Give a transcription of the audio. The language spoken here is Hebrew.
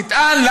תטען,